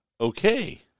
Okay